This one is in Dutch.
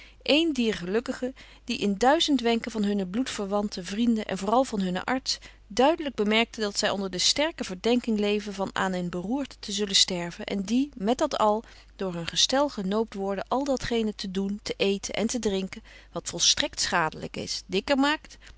een dier gelukkigen die in duizend wenken van hunne bloedverwanten vrienden en vooral van hunnen arts duidelijk bemerken dat zij onder de sterke verdenking leven van aan een beroerte te zullen sterven en die met dat al door hun gestel genoopt worden al datgene te doen te eten en te drinken wat volstrekt schadelijk is dikker maakt